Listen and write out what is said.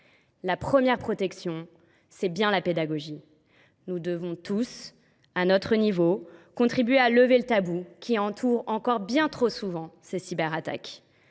La première des protections, c’est bien la pédagogie : nous devons tous, à notre niveau, contribuer à lever le tabou qui entoure encore bien trop souvent les cyberattaques.